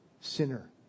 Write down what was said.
Sinner